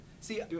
See